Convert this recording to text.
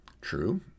True